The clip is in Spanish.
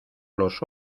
los